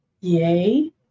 yay